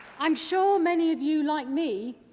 i'm sure many of you, like me,